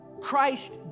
Christ